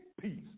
peace